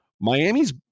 Miami's